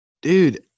Dude